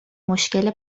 مشکل